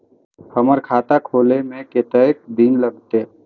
हमर खाता खोले में कतेक दिन लगते?